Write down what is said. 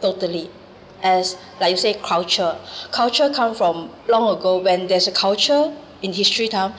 totally as like you say culture culture come from long ago when there's a culture in history time